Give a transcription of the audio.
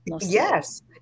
Yes